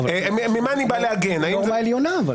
זו נורמה עליונה.